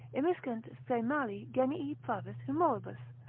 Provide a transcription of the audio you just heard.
immiscent se mali genii pravis humoribus,